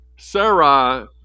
Sarah